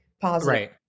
positive